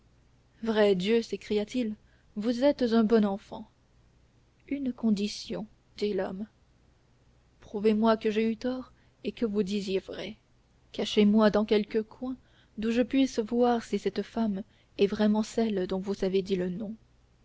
vrai dieu s'écria-t-il vous êtes un bon enfant une condition dit l'homme prouvez-moi que j'ai eu tort et que vous disiez vrai cachez-moi dans quelque coin d'où je puisse voir si cette femme est vraiment celle dont vous avez dit le nom